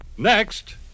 Next